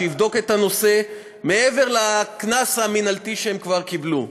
שיבדוק את הנושא מעבר לקנס המינהלתי שהם כבר קיבלו.